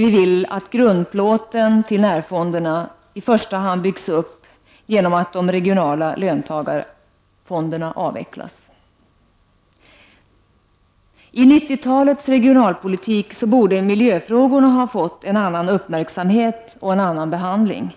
Vi vill att grundplåten till närfonderna i första hand byggs upp genom att de regionala löntagarfonderna avvecklas. I 1990-talets regionalpolitik borde miljöfrågorna ha fått en annan uppmärksamhet och behandling.